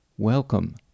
Welcome